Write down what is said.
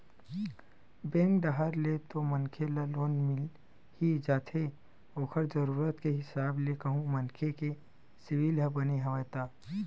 bank डाहर ले तो मनखे ल लोन मिल ही जाथे ओखर जरुरत के हिसाब ले कहूं मनखे के सिविल ह बने हवय ता